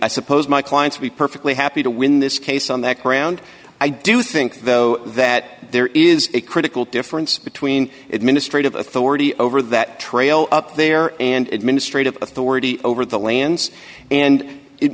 i suppose my clients be perfectly happy to win this case on that ground i do think though that there is a critical difference between administrative authority over that trail up there and administrate of authority over the lands and it